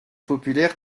populaire